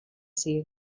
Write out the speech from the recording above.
sigui